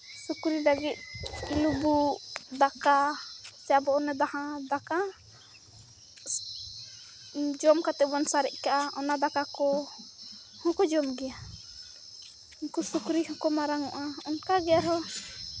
ᱥᱩᱠᱨᱤ ᱞᱟᱹᱜᱤᱫ ᱞᱩᱵᱩᱜ ᱫᱟᱠᱟ ᱪᱟᱵᱚᱜ ᱚᱱᱮ ᱫᱟᱦᱟᱸ ᱫᱟᱠᱟ ᱡᱚᱢ ᱠᱟᱛᱮ ᱵᱚᱱ ᱥᱟᱨᱮᱡ ᱠᱟᱜᱼᱟ ᱚᱱᱟ ᱫᱟᱠᱟ ᱠᱚ ᱩᱱᱠᱩ ᱦᱚᱸᱠᱚ ᱡᱚᱢ ᱜᱮᱭᱟ ᱩᱱᱠᱩ ᱥᱩᱠᱨᱤ ᱦᱚᱸᱠᱚ ᱢᱟᱨᱟᱝᱚᱜᱼᱟ ᱚᱱᱠᱟᱜᱮ ᱟᱨᱦᱚᱸ